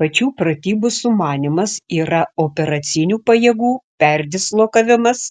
pačių pratybų sumanymas yra operacinių pajėgų perdislokavimas